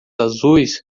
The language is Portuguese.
azuis